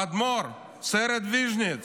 האדמו"ר מסירט-ויז'ניץ